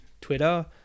twitter